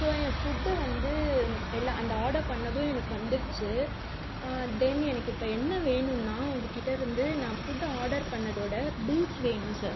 so a food வந்து எல்லாம் அந்த ஆர்டர் பண்ணதும் எனக்கு வந்துடுச்சு தென் இப்போ எனக்கு என்ன வேணும்னா உங்ககிட்டருந்து நான் ஃபுட் ஆர்டர் பண்ணிணத்தோட பில்ஸ் வேணும் சார்